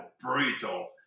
brutal